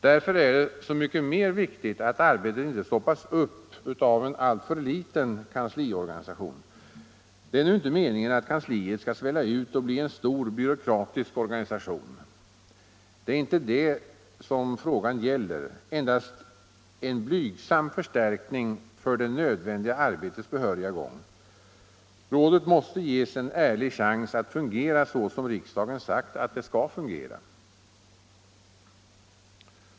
Därför är det så mycket viktigare att arbetet inte stoppas upp av en alltför liten kansliorganisation. Det är nu inte meningen att kansliet skall svälla ut och bli en stor byråkratisk organisation. Det är inte det som frågan gäller utan endast en blygsam förstärkning för det nödvändiga arbetets behöriga gång. Rådet måste ges en ärlig chans att fungera så som riksdagen sagt att det skall fungera.